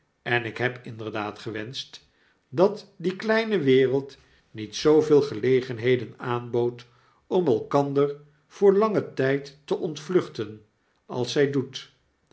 en ik heb inderdaad gewenscht dat die kleine wereld niet zooveel gelegenheden aanbood om elkander voor langen tjjd te ontvluchten als zj doet